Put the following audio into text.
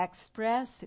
express